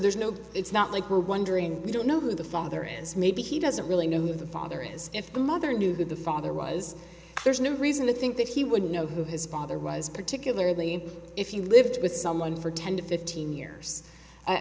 there's no it's not like we're wondering we don't know who the father is maybe he doesn't really know who the father is if the mother knew who the father was there's no reason to think that he wouldn't know who his father was particularly if you lived with someone for ten to fifteen years